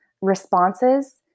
responses